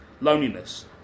Loneliness